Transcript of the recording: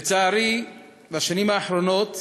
לצערי, בשנים האחרונות